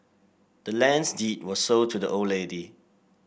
the land's deed was sold to the old lady